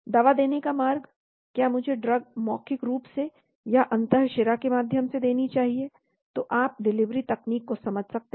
दवा देने का मार्ग क्या मुझे ड्रग मौखिक रूप से या अंतःशिरा के माध्यम से देनी चाहिए तो आप डिलीवरी तकनीक को समझ सकते हैं